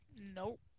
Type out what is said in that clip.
Nope